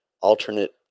alternate